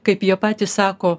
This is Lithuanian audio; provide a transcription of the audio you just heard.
kaip jie patys sako